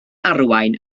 arwain